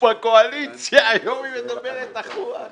כי אתם נותנים עצות טובות כל